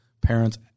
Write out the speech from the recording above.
parents